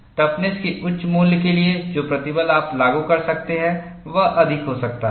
toughness के उच्च मूल्य के लिए जो प्रतिबल आप लागू कर सकते हैं वह अधिक हो सकता है